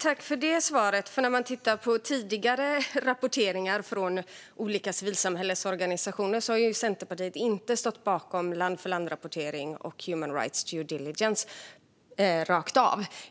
Tack för svaret! När man tittar på tidigare rapporteringar från olika civilsamhällesorganisationer ser man att Centerpartiet inte har stått bakom land-för-land-rapportering och human rights due diligence rakt av.